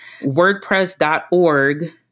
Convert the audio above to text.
WordPress.org